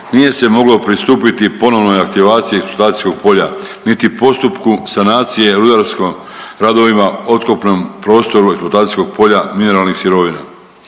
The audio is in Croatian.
nije se moglo pristupiti ponovnoj aktivaciji eksploatacijskog polja niti postupku sanacije rudarskim radovima otkopnom prostoru eksploatacijskog polja mineralnih sirovina.